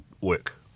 work